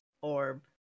orb